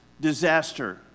disaster